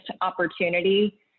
opportunity